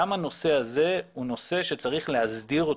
גם הנושא הזה הוא נושא שצריך להסדיר אותו,